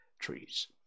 trees